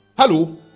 Hello